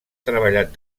treballat